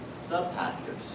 sub-pastors